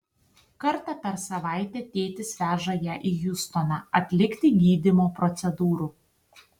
kartą per savaitę tėtis veža ją į hjustoną atlikti gydymo procedūrų